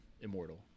immortal